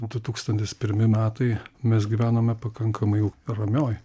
du tūkstantis pirmi metai mes gyvenome pakankamai ramioj